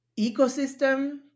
ecosystem